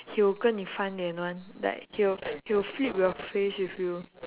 he'll 跟你翻脸：gen ni fan lian [one] like he'll he'll flip your face with you